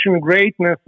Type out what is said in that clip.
greatness